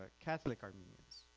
catholic armenians,